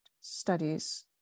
studies